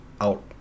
out